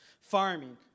farming